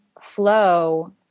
flow